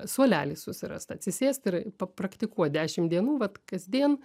suolelį susirast atsisėst ir papraktikuot dešimt dienų vat kasdien